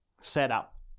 setup